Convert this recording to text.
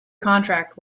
contract